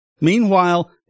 Meanwhile